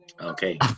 okay